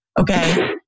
Okay